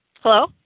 Hello